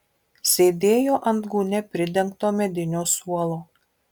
sėdėjo ant gūnia pridengto medinio suolo